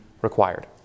required